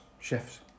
chefs